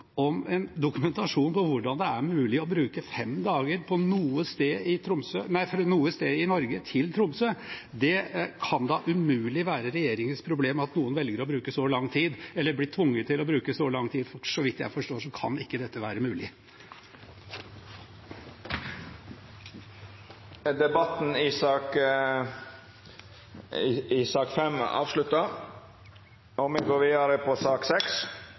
om en dokumentasjon på hvordan det er mulig å bruke fem dager fra noe sted i Norge til Tromsø. Det kan da umulig være regjeringens problem at noen velger å bruke så lang tid, eller blir tvunget til å bruke så lang tid, for så vidt jeg forstår, kan ikke dette være mulig. Fleire har ikkje bedt om ordet til sak nr. 5. Etter ønske frå helse- og